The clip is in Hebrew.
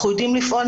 אנחנו יודעים לפעול.